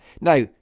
now